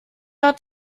hat